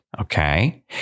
okay